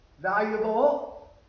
valuable